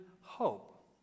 hope